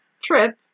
trip